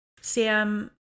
Sam